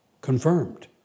confirmed